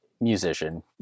musician